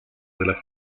della